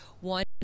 One